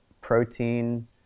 protein